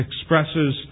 expresses